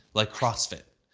like crossfit.